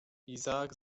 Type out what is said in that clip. izaak